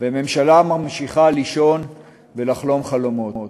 והממשלה ממשיכה לישון ולחלום חלומות.